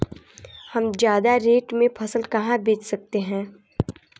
हम ज्यादा रेट में फसल कहाँ बेच सकते हैं?